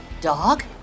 dog